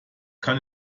kann